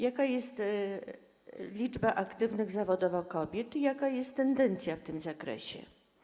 Jaka jest liczba aktywnych zawodowo kobiet i jaka jest tendencja w tym zakresie.